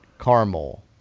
caramel